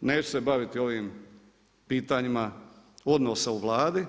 Neću se baviti ovim pitanjima odnosa u Vladi